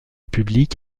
public